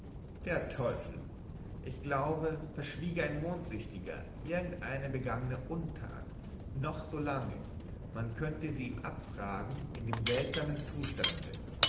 der teufel ich glaube verschwiege ein mondsüchtiger irgendeine begangene untat noch so lange man könnte sie ihm abfragen in dem seltsamen zustande